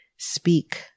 speak